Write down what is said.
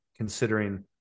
considering